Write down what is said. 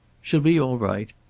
she'll be all right.